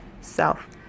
self